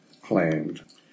claimed